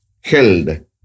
held